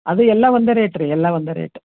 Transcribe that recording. ಅದು ಎಲ್ಲ ಒಂದೇ ರೇಟ್ ರೀ ಎಲ್ಲ ಒಂದೇ ರೇಟ್